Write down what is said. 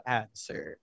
answer